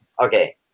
Okay